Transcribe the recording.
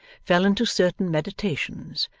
fell into certain meditations,